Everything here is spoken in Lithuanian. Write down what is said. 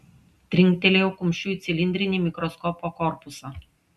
trinktelėjau kumščiu į cilindrinį mikroskopo korpusą